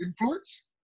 influence